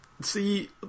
see